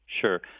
Sure